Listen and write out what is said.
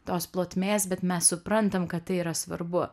tos plotmės bet mes suprantam kad tai yra svarbu